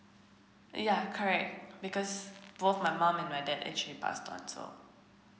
yeah correct because both my mum and my dad actually passed on so